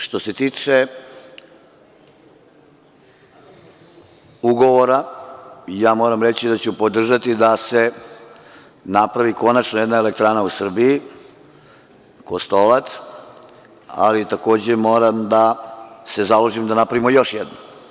Što se tiče ugovora, moram reći da ću podržati da se napravi konačno jedna elektrana u Srbiji, Kostolac, ali takođe moram da se založim da napravimo još jednu.